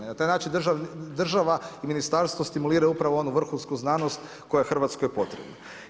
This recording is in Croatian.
Jer na taj način država i ministarstvo stimuliraju onu vrhunsku znanost, koja je Hrvatskoj potrebna.